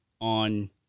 on